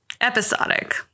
episodic